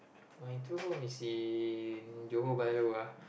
my true home is in johor-bahru ah